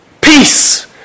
Peace